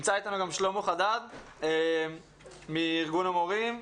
נמצא איתנו גם שלמה חדד מארגון המורים,